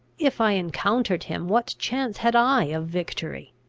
if i encountered him, what chance had i of victory?